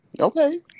Okay